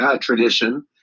tradition